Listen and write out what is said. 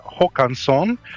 Hokanson